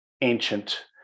ancient